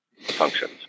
functions